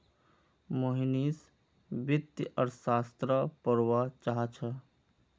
मोहनीश वित्तीय अर्थशास्त्र पढ़वा चाह छ